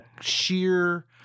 sheer